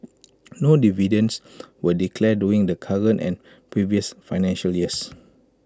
no dividends were declared during the current and previous financial years